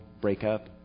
breakup